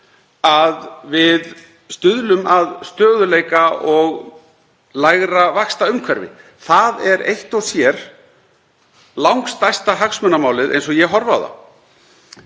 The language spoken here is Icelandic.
að við stuðlum að stöðugleika og lægra vaxtaumhverfi. Það er eitt og sér langstærsta hagsmunamálið eins og ég horfi á það.